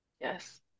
Yes